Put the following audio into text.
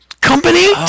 company